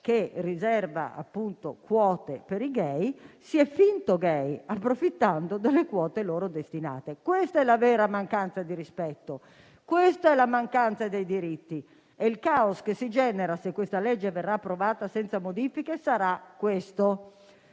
che riserva, appunto, quote per i *gay*, si è finto *gay*, approfittando delle quote loro destinate. Questa è la vera mancanza di rispetto. Questa è la mancanza dei diritti. Il caos che si genererà, se questa legge verrà approvata senza modifiche, sarà questo.